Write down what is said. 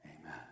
Amen